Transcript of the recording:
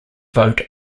vote